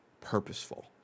purposeful